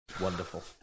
Wonderful